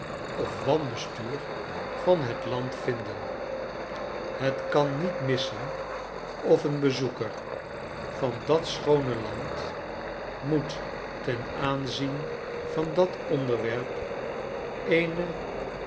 of wanbestuur van dat land vinden het kan niet missen of een bezoeker van dat schoone land moet ten aanzien van dat onderwerp eene